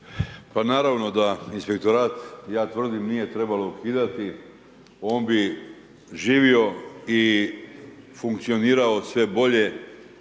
Pa naravno da inspektorat, ja tvrdim, nije trebalo ukidati on bi živio i funkcionirao sve bolje,